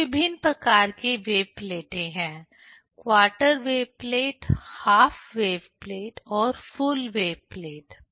यहां विभिन्न प्रकार की वेव प्लेटें हैं quarter wave plate half wave plate और फुल वेव प्लेट